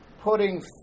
putting